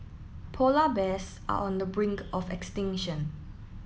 polar bears are on the brink of extinction